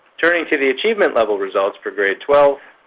turning to the achievement level results for grade twelve,